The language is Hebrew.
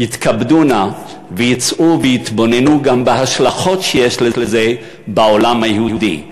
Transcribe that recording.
יתכבדו נא ויצאו ויתבוננו גם בהשלכות שיש לזה בעולם היהודי,